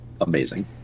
amazing